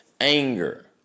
anger